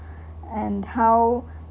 and how